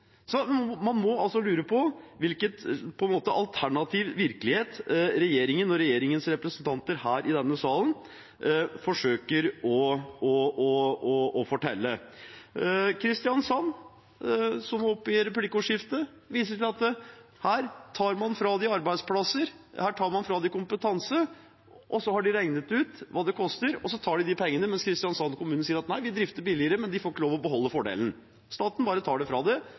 så fort vi stikker nesa på utsiden av denne salen. Man må altså lure på hvilken alternativ virkelighet regjeringen og regjeringens representanter her i denne salen forsøker å fortelle om. Kristiansand, som var oppe i et replikkordskifte, viser til at her tar man fra dem arbeidsplasser, her tar man fra dem kompetanse, og så har de regnet ut hva det koster, og så tar de de pengene, mens Kristiansand kommune sier at nei, vi drifter billigere, men de får ikke lov å beholde fordelen. Staten bare tar det fra